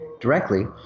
directly